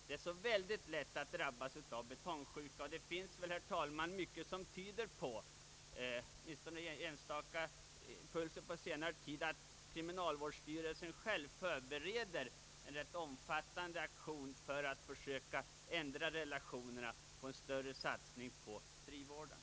Det är som sagt utomordentligt lätt att drabbas av betongsjukan. Men det finns dock, herr talman, en del som tyder på att kriminalvårdsstyrelsen själv förbereder en aktion för att försöka ändra relationerna till förmån för en större satsning på frivården.